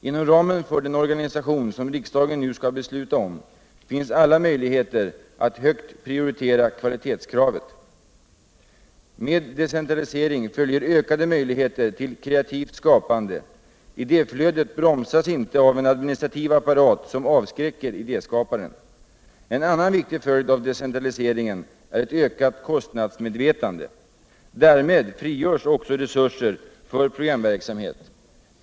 Inom ramen för den organisation som riksdagen nu skall besluta om finns alla möjligheter att högt prioritera kvalitetskravet. Med decentralisering följer ökade möjligheter till kreativt skapande — idéflödet bromsas inte av en administrativ apparat som avskräcker idéskaparen. En annan viktig följd av decentraliseringen är ett ökat kostnadsmedvetande. Därmed Irigörs också resurser för programverksamhet.